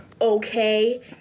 okay